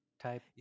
type